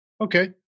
Okay